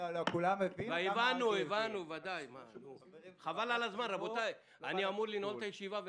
כמובן שהתכוונתי לתפקיד.